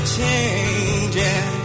changing